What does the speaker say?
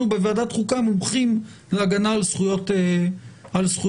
בוועדת חוקה מומחים להגנה על זכויות אדם.